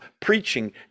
preaching